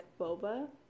boba